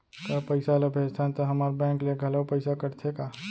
का पइसा ला भेजथन त हमर बैंक ले घलो पइसा कटथे का?